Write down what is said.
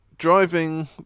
driving